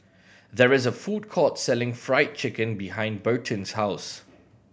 there is a food court selling Fried Chicken behind Burton's house